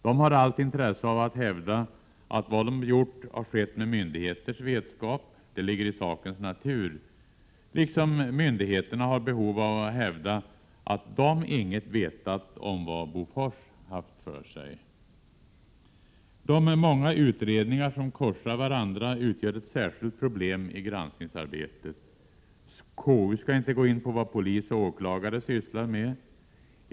De har allt intresse av att hävda att vad de gjort har skett med myndigheternas vetskap — det ligger i sakens natur, liksom myndigheterna har behov av att hävda att de inget vetat om vad Bofors haft för sig. De många utredningarna som korsar varandra utgör ett särskilt problem i granskningsarbetet. KU skall inte gå in på vad polis och åklagare sysslar med.